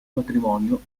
matrimonio